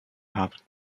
have